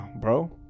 bro